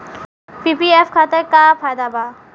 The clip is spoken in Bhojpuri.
पी.पी.एफ खाता के का फायदा बा?